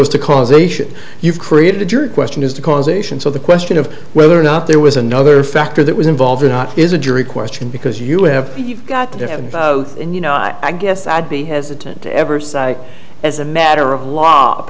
goes to causation you've created your question as to causation so the question of whether or not there was another factor that was involved or not is a jury question because you have to you've got to have both and you know i guess i'd be hesitant to ever say as a matter of law